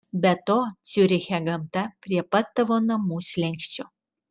be to ciuriche gamta prie pat tavo namų slenksčio